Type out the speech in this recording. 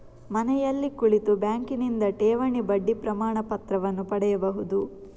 ಮನೆಯಲ್ಲಿ ಕುಳಿತು ಬ್ಯಾಂಕಿನಿಂದ ಠೇವಣಿ ಬಡ್ಡಿ ಪ್ರಮಾಣಪತ್ರವನ್ನು ಪಡೆಯಬಹುದು